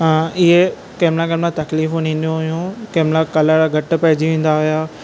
इहे कंहिं महिल कंहिं महिल तक़लीफ़ूं थींदियूं हुयूं कंहिं महिल कलर घटि पइजी वेंदा हुया